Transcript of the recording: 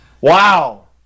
Wow